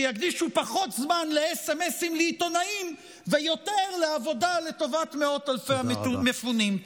שיקדישו פחות זמן לסמס לעיתונאים ויותר לעבודה לטובת מאות אלפי המפונים.